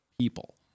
people